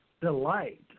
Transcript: delight